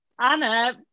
Anna